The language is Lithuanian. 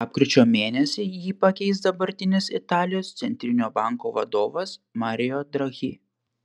lapkričio mėnesį jį pakeis dabartinis italijos centrinio banko vadovas mario draghi